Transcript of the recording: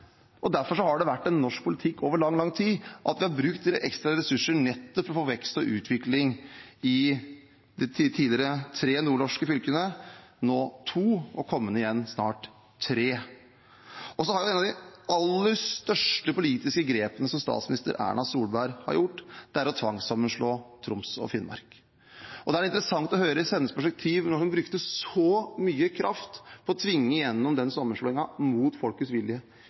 Derfor har det vært norsk politikk over lang, lang tid at vi har brukt ekstra ressurser for å få vekst og utvikling i de tidligere tre nordnorske fylkene – nå to, og snart igjen tre. Så har vi et av de aller største politiske grepene som statsminister Erna Solberg har tatt. Det er å tvangssammenslå Troms og Finnmark. Det er interessant å høre hennes perspektiv når hun brukte så mye kraft på å tvinge igjennom den sammenslåingen mot folkets vilje.